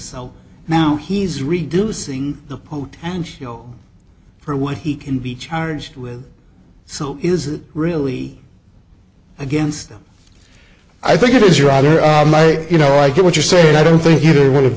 so now he's reducing the post and you know for what he can be charged with so is it really against i think it is rather you know i get what you're saying i don't think either one of